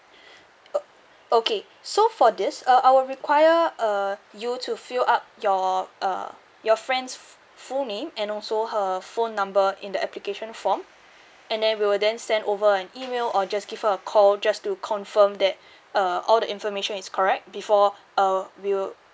o~ okay so for this uh I will require uh you to fill up your uh your friends f~ full name and also her phone number in the application form and then we will then send over an email or just give her a call just to confirm that uh all the information is correct before uh we'll